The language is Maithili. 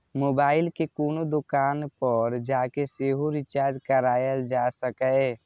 मोबाइल कें कोनो दोकान पर जाके सेहो रिचार्ज कराएल जा सकैए